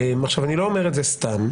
אני לא אומר את זה סתם.